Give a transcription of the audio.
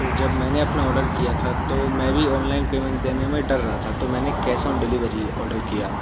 तो जब मैंने अपना आर्डर किया था तो मैं भी ऑनलाइन पेमेंट देने में डर रहा था तो मैंने कैस ऑन डिलीवरी ऑर्डर किया